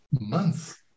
month